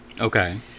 Okay